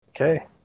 Okay